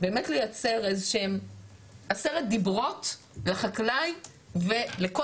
באמת לייצר איזה שהם עשרת דיברות לחקלאי ולכל